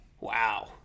Wow